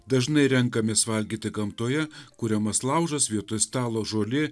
dažnai renkamės valgyti gamtoje kuriamas laužas vietoj stalo žolė